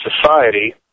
Society